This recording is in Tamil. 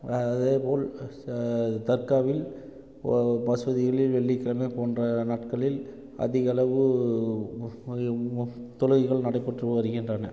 அதேப்போல் தர்காவில் மசூதிகளில் வெள்ளிகிழமை போன்ற நாட்களில் அதிகளவு தொழுகைகள் நடைபெற்று வருகின்றன